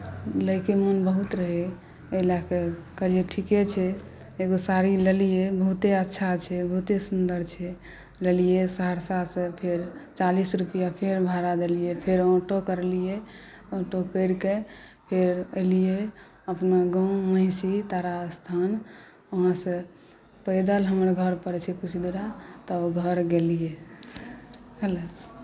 लइके मोन बहुत रहै ओहिलए कऽ कहलियै ठिके छै एगो साड़ी लेलियै बहुते अच्छा छै बहुते सुन्दर छै लेलियै सहरसासँ फेर चालिस रुपैआ फेर भाड़ा देलियै फेर ऑटो करलियै ऑटो करिके फेर ऐलियै अपना गाँव महिषी तारा स्थान वहाँसे पैदल हमर घर पड़ैत छै कुछ दूरा तब घर गेलियै भेलै